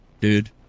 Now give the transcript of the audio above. dude